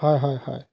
হয় হয় হয়